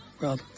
Rob